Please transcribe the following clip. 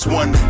one